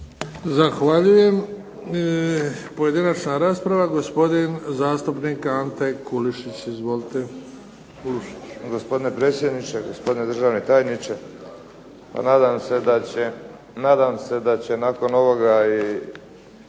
Zahvaljujem. Pojedinačna rasprava, gospodin zastupnik Ante Kulušić. Izvolite. **Kulušić, Ante (HDZ)** Gospodine predsjedniče, gospodine državni tajniče. Pa nadam se da će nakon ovoga i